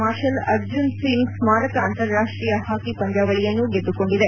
marshal Arjan Singh ಸ್ಮಾರಕ ಅಂತರಾಷ್ಟ್ರೀಯ hockey ಪಂದ್ಯಾವಳಿಯನ್ನು ಗೆದ್ದುಕೊಂಡಿದೆ